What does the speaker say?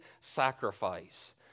sacrifice